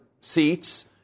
seats